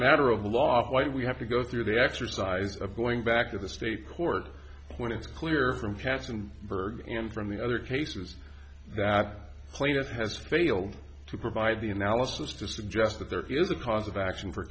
matter of law why do we have to go through the exercise of going back to the state court when it's clear from cats and birds in from the other cases that plaintiff has failed to provide the analysis to suggest that there is a cause of action for